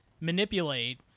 manipulate